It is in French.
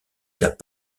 cas